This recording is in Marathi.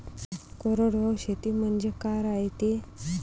कोरडवाहू शेती म्हनजे का रायते?